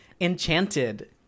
Enchanted